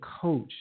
coach